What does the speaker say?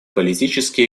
политические